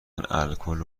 الکل